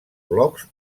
blocs